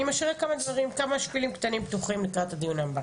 אני משאירה כמה שפילים קטנים פתוחים לקראת הדיון הבא.